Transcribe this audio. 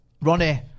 Ronnie